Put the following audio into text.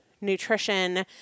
nutrition